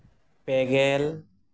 ᱯᱮ ᱜᱮᱞ